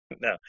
No